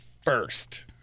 first